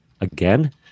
again